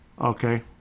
okay